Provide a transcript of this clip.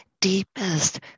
deepest